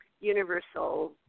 Universal